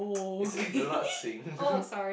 it says do not sing